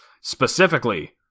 specifically